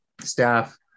Staff